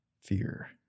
fear